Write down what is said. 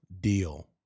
deal